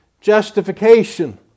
justification